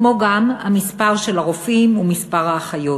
כמו גם המספר של הרופאים ומספר האחיות.